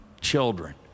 children